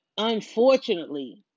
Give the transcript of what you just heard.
unfortunately